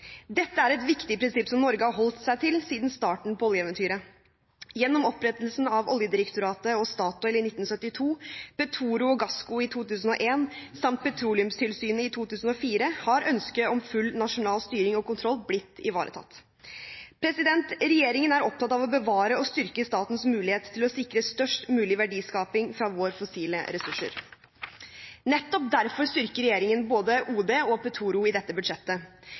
Dette er et viktig prinsipp, som Norge har holdt seg til siden starten på oljeeventyret. Gjennom opprettelsen av Oljedirektoratet og Statoil i 1972, Petoro og Gassco i 2001, samt Petroleumstilsynet i 2004, har ønsket om full nasjonal styring og kontroll blitt ivaretatt. Regjeringen er opptatt av å bevare og styrke statens mulighet til å sikre størst mulig verdiskaping fra våre fossile ressurser. Nettopp derfor styrker regjeringen både OD og Petoro i dette budsjettet.